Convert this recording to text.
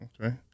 Okay